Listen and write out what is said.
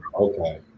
Okay